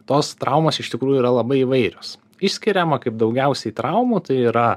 tos traumos iš tikrųjų yra labai įvairios išskiriama kaip daugiausiai traumų tai yra